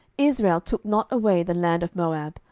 israel took not away the land of moab,